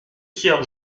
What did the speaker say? sœurs